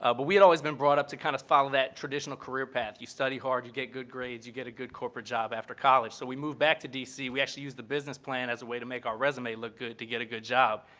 but we had always brought up to kind of follow that traditional career path. you study hard, you get good grades, you get a good corporate job after college. so we moved back to d c. we actually used the business plan as a way to make our resume look good to get a good job.